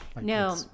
No